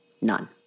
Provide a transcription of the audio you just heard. None